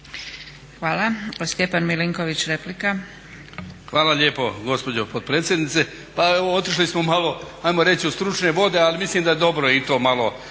replika. **Milinković, Stjepan (HDZ)** Hvala lijepo gospođo potpredsjednice. Pa evo otišli smo malo ajmo reći u stručne vode ali mislim da je dobro i to malo